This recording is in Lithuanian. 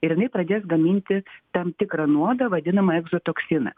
ir jinai pradės gaminti tam tikrą nuodą vadinamą egzotoksiną